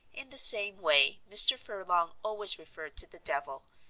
in the same way mr. furlong always referred to the devil,